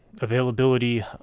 availability